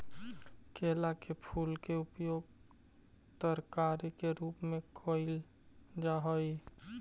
केला के फूल के उपयोग तरकारी के रूप में कयल जा हई